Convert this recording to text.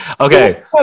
okay